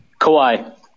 Kawhi